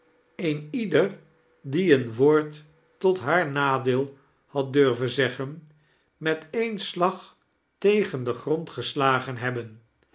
een ieder die een woord tot haar nadeel had dnrven zeggen met een slag tegen den grond geslagen hebben